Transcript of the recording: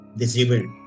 disabled